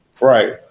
right